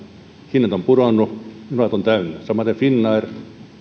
hinnat ovat pudonneet junat ovat täynnä samaten finnair